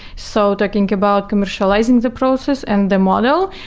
so talking about commercializing the process and the model,